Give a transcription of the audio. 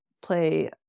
play